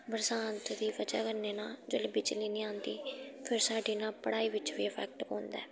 बरसांत दी बजह कन्नै ना जेल्लै बिजली निं आंदी फिर साढ़ी ना पढ़ाई बिच्च बी इफैक्ट पौंदा ऐ